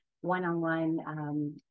one-on-one